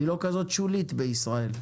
היא לא כזאת שולית בישראל.